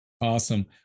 Awesome